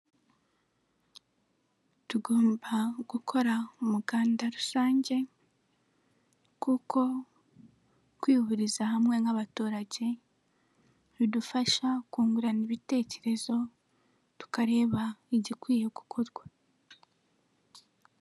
Tugomba gukora umuganda rusange, kuko, kwihuriza hamwe nk'abaturage, bidufasha kungurana ibitekerezo, tukareba igikwiye gukorwa.